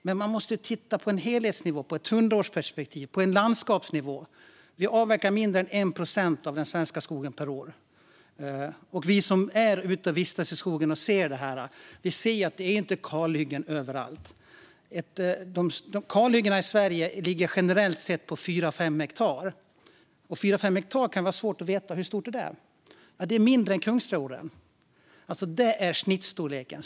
Men man måste se till helheten, se det i ett hundraårsperspektiv och se på det på landskapsnivå. Vi avverkar mindre än 1 procent av den svenska skogen per år. Vi som vistas i skogen ser också att det inte är kalhyggen överallt. Kalhyggena i Sverige ligger generellt sett på 4-5 hektar. Det kan vara svårt att veta hur stort 4-5 hektar är. Det är mindre än Kungsträdgården.